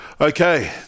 Okay